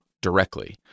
directly